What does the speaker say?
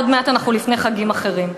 עוד מעט אנחנו לפני חגים אחרים.